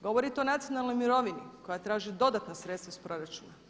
Govorite o nacionalnoj mirovini koja traži dodatna sredstva iz proračuna.